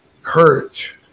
hurt